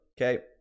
Okay